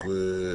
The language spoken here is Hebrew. בבקשה.